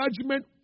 judgment